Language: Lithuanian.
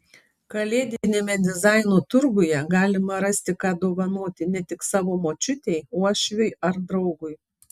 kalėdiniame dizaino turguje galima rasti ką dovanoti ne tik savo močiutei uošviui ar draugui